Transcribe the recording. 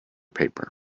paper